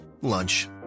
lunch